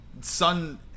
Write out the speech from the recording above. sun